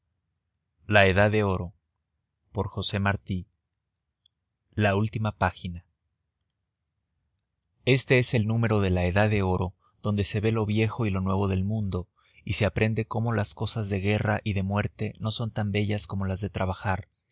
la última página este es el número de la edad de oro donde se ve lo viejo y lo nuevo del mundo y se aprende cómo las cosas de guerra y de muerte no son tan bellas como las de trabajar